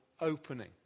opening